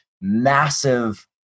massive